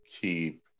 keep